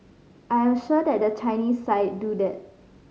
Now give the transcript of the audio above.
I am sure that the Chinese side do that